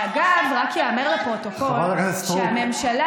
ואגב, רק ייאמר לפרוטוקול שהממשלה,